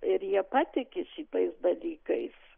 ir jie patiki šitais dalykais